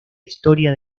historia